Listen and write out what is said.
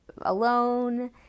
alone